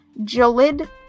Jalid